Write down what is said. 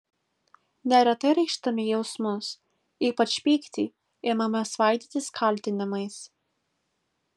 neretai reikšdami jausmus ypač pyktį imame svaidytis kaltinimais